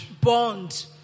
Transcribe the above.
bond